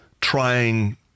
trying